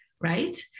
right